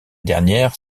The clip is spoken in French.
dernières